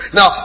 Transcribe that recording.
Now